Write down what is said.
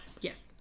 yes